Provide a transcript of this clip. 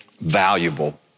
valuable